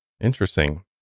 Interesting